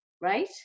right